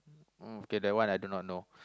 okay that one I do not know